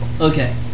okay